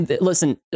Listen